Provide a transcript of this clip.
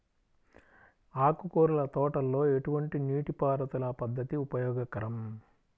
ఆకుకూరల తోటలలో ఎటువంటి నీటిపారుదల పద్దతి ఉపయోగకరం?